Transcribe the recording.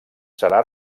serà